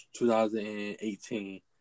2018